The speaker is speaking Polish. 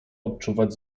odczuwać